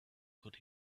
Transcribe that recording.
could